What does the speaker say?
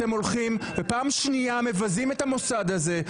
אתם הולכים ופעם שניה מבזים את המוסד הזה.